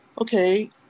Okay